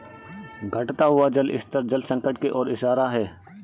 घटता हुआ जल स्तर जल संकट की ओर इशारा है